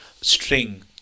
string